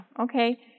Okay